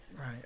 Right